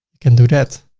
can do that.